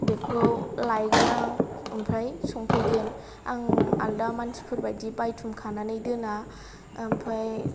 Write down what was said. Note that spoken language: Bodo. बेखौ लायगोन आं ओमफ्राय संफैगोन आं आलदा मानसिफोर बायदि बायथुम खानानै दोना ओमफाय